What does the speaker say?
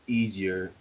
easier